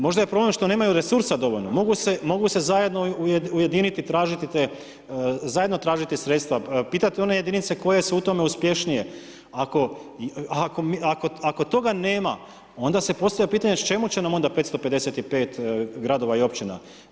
Možda je problem što nemaju resursa dovoljno, mogu se zajedno ujediniti i tražiti te, zajedno tražiti sredstva, pitati one jedinice koje su u tome uspješnije, ako toga nema, onda se postavlja pitanje čemu će nam onda 555 gradova i općina.